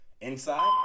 Inside